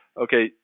okay